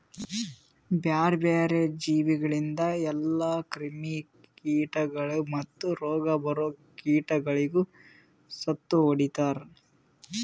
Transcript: ಬ್ಯಾರೆ ಬ್ಯಾರೆ ಜೀವಿಗೊಳಿಂದ್ ಎಲ್ಲಾ ಕ್ರಿಮಿ ಕೀಟಗೊಳ್ ಮತ್ತ್ ರೋಗ ಬರೋ ಕೀಟಗೊಳಿಗ್ ಸತ್ತು ಹೊಡಿತಾರ್